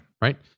Right